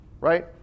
right